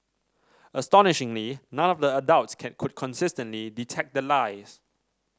astonishingly none of the adults can could consistently detect the lies